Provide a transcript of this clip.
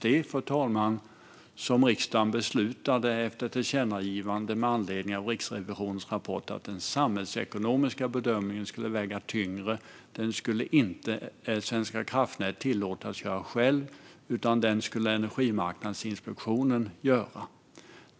Det som riksdagen beslutade efter tillkännagivandet med anledning av Riksrevisionens rapport, fru talman, var att den samhällsekonomiska bedömningen skulle väga tyngre. Och Svenska kraftnät skulle inte tillåtas göra den själv, utan Energimarknadsinspektionen skulle göra den.